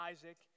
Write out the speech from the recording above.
Isaac